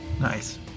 nice